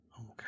Okay